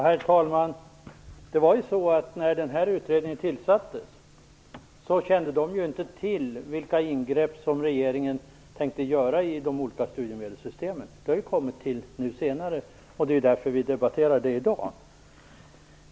Herr talman! När utredningen tillsattes kände man i utredningen inte till vilka ingrepp regeringen tänkte göra i de olika studiemedelssystemen, för det har ju tillkommit senare. Det är ju därför vi debatterar detta i dag.